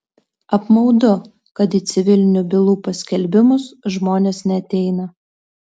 apmaudu kad į civilinių bylų paskelbimus žmonės neateina